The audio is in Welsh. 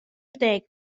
deg